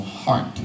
heart